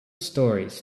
stories